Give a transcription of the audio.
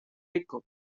rico